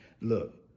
Look